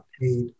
paid